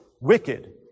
wicked